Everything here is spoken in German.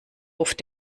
ruft